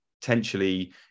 potentially